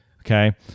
okay